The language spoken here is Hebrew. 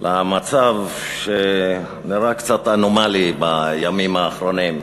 למצב שנראה קצת אנומלי בימים האחרונים.